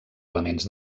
elements